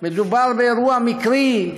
מדובר באירוע מקרי,